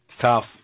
Tough